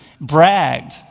bragged